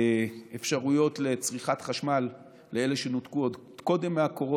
אפשרויות לצריכת חשמל לאלה שנותקו עוד קודם מהחשמל